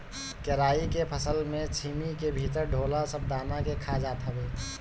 केराई के फसल में छीमी के भीतर ढोला सब दाना के खा जात हवे